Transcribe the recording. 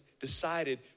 decided